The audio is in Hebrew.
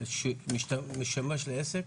שמשמש לעסק